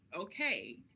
okay